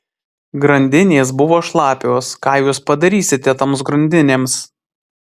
grandinės buvo šlapios ką jūs padarysite toms grandinėms